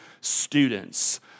students